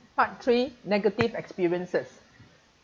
part three negative experiences